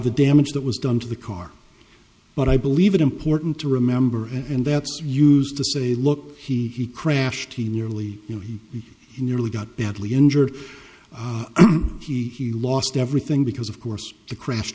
the damage that was done to the car but i believe it important to remember and that's used to say look he crashed he nearly you know he nearly got badly injured he he lost everything because of course the crash